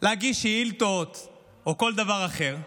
להגיש שאילתות או כל דבר אחר,